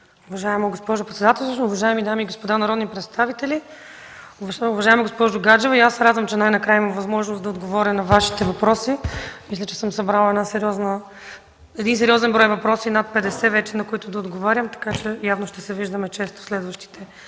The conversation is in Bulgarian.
Уважаема госпожо председател, уважаеми дами и господа народни представители! Уважаема госпожо Гаджева, и аз се радвам, че най-накрая имам възможност да отговоря на Вашите въпроси. Събрала съм сериозен брой – вече над 50 въпроса, на които да отговарям. Явно ще се виждаме често в следващите